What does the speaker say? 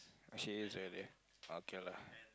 she is really okay lah